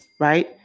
right